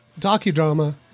docudrama